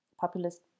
populist